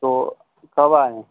तो कब आएं